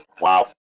wow